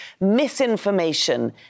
misinformation